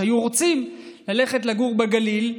שהיו רוצים ללכת לגור בגליל,